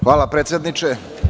Hvala predsedniče.